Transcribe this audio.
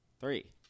Three